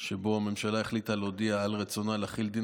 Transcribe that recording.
שבה הממשלה החליטה להודיע על רצונה להחיל דין